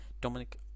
Dominic